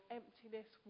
emptiness